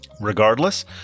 Regardless